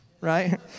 right